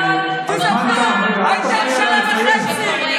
הכול תוצאה של מה שקורה כאן.